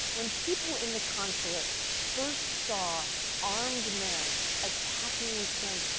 when people in the consulate first saw armed men attacking with guns,